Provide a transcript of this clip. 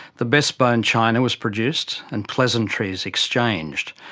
the best bone china was produced and pleasantries exchanged.